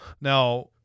now